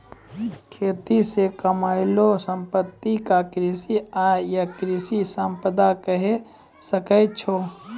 खेती से कमैलो संपत्ति क कृषि आय या कृषि संपदा कहे सकै छो